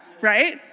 right